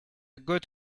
good